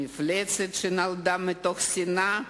המפלצת שנולדה מתוך שנאה,